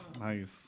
Nice